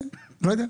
לא יודע.